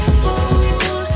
fool